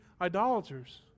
idolaters